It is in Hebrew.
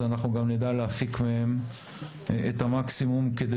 נדע גם להפיק מהם את המקסימום כדי